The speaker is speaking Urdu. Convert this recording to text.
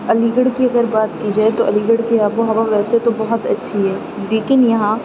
علی گڑھ کی اگر بات کی جائے تو علی گڑھ کی آب و ہوا ویسے تو بہت اچھی ہے لیکن یہاں